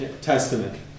Testament